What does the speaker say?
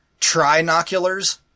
trinoculars